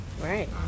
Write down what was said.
Right